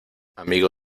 amigo